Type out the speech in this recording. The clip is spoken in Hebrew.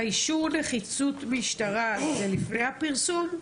אישור נחיצות משטרה זה לפני הפרסום?